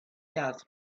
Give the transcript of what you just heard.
gas